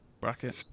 bracket